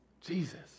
Jesus